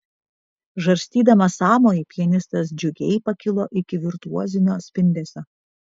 žarstydamas sąmojį pianistas džiugiai pakilo iki virtuozinio spindesio